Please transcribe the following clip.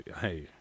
hey